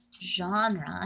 genre